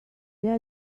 there